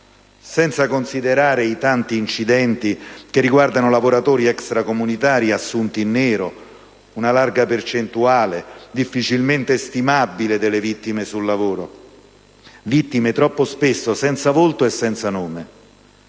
senza considerare i tanti incidenti che riguardano lavoratori extracomunitari assunti in nero, una larga percentuale difficilmente stimabile delle vittime sul lavoro, vittime troppo spesso senza volto e senza nome.